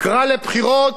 קרא לבחירות,